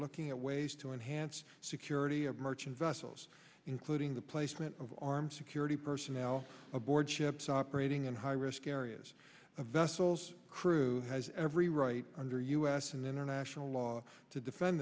looking at ways to enhance security of merchant vessels including the placement of armed security personnel aboard ship operating in high risk areas of vessels crew has every right under u s and international law to defend